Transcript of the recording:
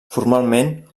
formalment